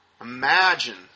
Imagine